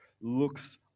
looks